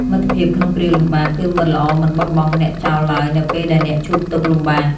មិត្តភាពក្នុងគ្រាលំបាក គឺមិត្តល្អមិនបោះបង់អ្នកចោលឡើយ នៅពេលដែលអ្នកជួបទុក្ខលំបាក។